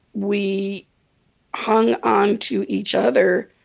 we hung onto each other.